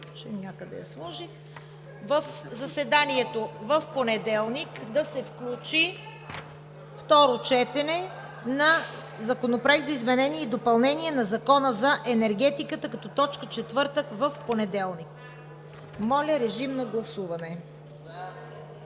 Николов – на заседанието в понеделник да се включи Второ четене на Законопроекта за изменение и допълнение на Закона за енергетиката като точка четвърта. Моля, режим на гласуване.